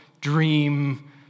dream